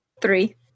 Three